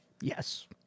Yes